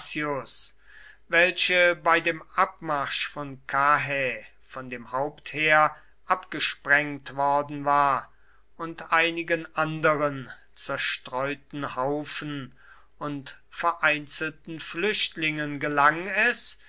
welche bei dem abmarsch von karrhä von dem hauptheer abgesprengt worden war und einigen anderen zerstreuten haufen und vereinzelten flüchtlingen gelang es